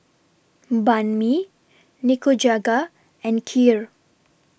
Banh MI Nikujaga and Kheer